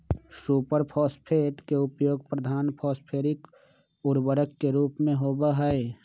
super phosphate के उपयोग प्रधान फॉस्फेटिक उर्वरक के रूप में होबा हई